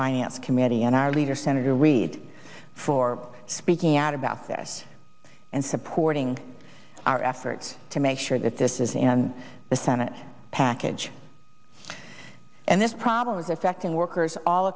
finance committee and our leader senator reid for speaking out about this and supporting our efforts to make sure that this is in the senate package and this problem is affecting workers all